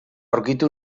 aurkitu